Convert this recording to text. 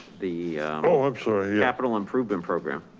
the oh, i'm sorry. capital improvement program.